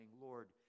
lord